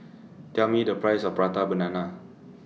Tell Me The Price of Prata Banana